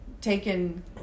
taken